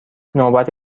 نوبت